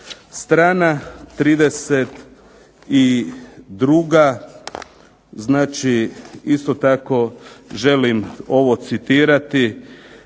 Strana 32.,